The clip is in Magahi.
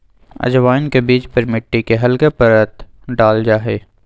अजवाइन के बीज पर मिट्टी के हल्के परत डाल्ल जाहई